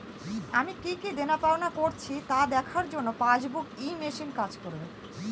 আমি কি কি দেনাপাওনা করেছি তা দেখার জন্য পাসবুক ই মেশিন কাজ করবে?